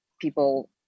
people